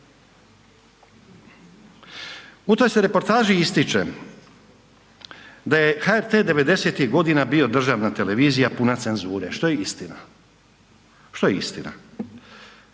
U toj se reportaži ističe da je HRT '90.-tih godina bio državna televizija puna cenzure što je istina, što je istina